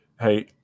Hey